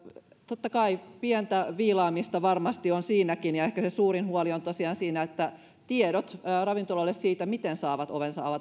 totta kai pientä viilaamista varmasti on siinäkin ja ehkä se suurin huoli on tosiaan siinä että tiedot ravintoloille siitä miten saavat ovensa avata tulivat